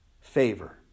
favor